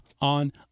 on